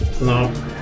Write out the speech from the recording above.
No